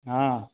हँ